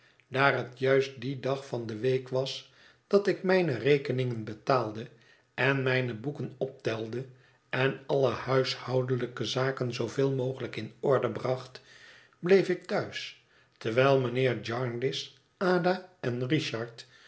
daar het juist die dag van de week was dat ik mijne rekeningen betaalde en mijne boeken optelde en alle huishoudelijke zaken zooveel mogelijk in orde bracht bleef ik thuis terwijl mijnheer jarndyce ada en richard